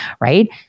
right